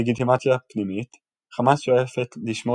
לגיטימציה פנימית – חמאס שואפת לשמור